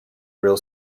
real